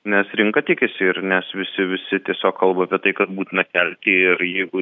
nes rinka tikisi ir nes visi visi tiesiog kalba apie tai kad būtina kelti ir jeigu